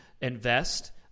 invest